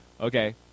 Okay